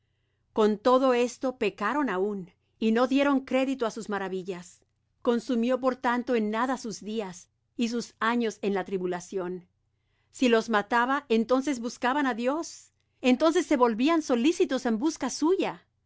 con todo esto pecaron aún y no dieron crédito á sus maravillas consumió por tanto en nada sus días y sus años en la tribulación si los mataba entonces buscaban á dios entonces se volvían solícitos en busca suya